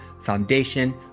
foundation